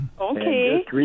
Okay